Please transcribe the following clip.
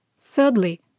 Thirdly